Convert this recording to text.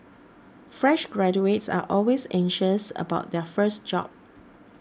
fresh graduates are always anxious about their first job